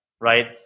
right